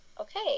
okay